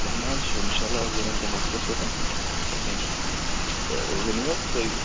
کیٚنہہ نہٕ حظ چھُ اِنشاء اللہ حظ بَنَن تِم وقتَس پٮ۪ٹھ کیٚنہہ چھُنہٕ تہٕ ؤنِو حظ تُہۍ